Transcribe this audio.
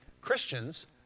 Christians